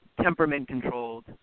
temperament-controlled